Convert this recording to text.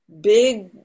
big